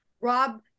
Rob